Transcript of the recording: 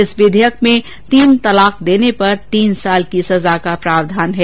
इस विधेयक में तीन तलाक देने पर तीन साल की सजा का प्रावधान है